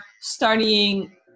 studying